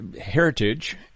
heritage